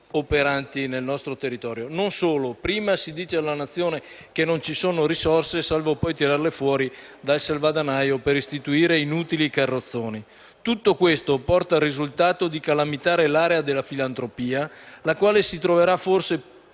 Non solo: prima si dice alla Nazione che non ci sono risorse, salvo poi tirarle fuori dal salvadanaio per istituire inutili carrozzoni. Tutto questo porta al risultato di calamitare l'area della filantropia, la quale troverà forse